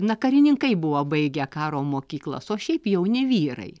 na karininkai buvo baigę karo mokyklas o šiaip jauni vyrai